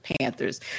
Panthers